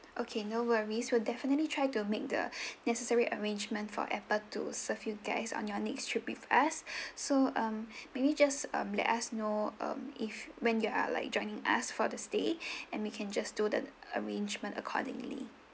okay no worries we'll definitely try to make the necessary arrangements for apple to serve you guys on your next trip with us so um maybe just um let us know um if when you are like joining us for the stay and we can just do the arrangement accordingly